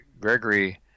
Gregory